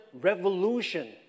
revolution